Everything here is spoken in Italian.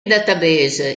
database